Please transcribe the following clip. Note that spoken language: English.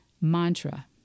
mantra